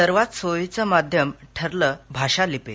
सर्वात सोयीचं माध्यम ठरलं भाषा लिपी